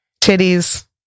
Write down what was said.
titties